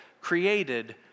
created